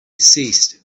ceased